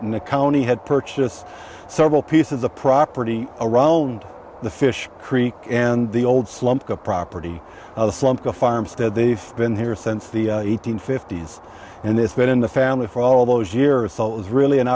and the county had purchased several pieces of property around the fish creek and the old slump the property a slump a farmstead they've been here since the eight hundred fifty s and it's been in the family for all those years so it was really an